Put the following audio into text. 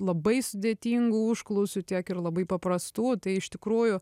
labai sudėtingų užklausų tiek ir labai paprastų tai iš tikrųjų